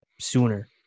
sooner